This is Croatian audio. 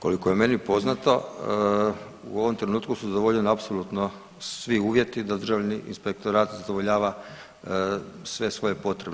Koliko je meni poznato u ovom trenutku su zadovoljeni apsolutno svi uvjeti da Državni inspektorat zadovoljava sve svoje potrebe.